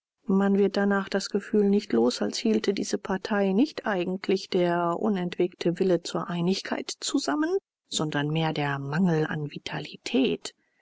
man wird danach das gefühl nicht los als hielte diese partei nicht eigentlich der unentwegte wille zur einigkeit zusammen sondern mehr der mangel an vitalität